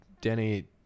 danny